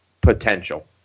potential